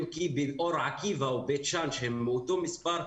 אם כי באור עקיבא או בית שאן שהם באותו מספר,